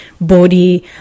body